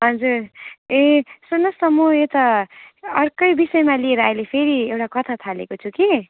हजुर ए सुन्नुहोस् न म यता अर्कै विषयमा लिएर फेरि एउटा कथा थालेको छु कि